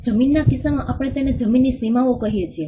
જમીનના કિસ્સામાં આપણે તેમને જમીનની સીમાઓ કહીએ છીએ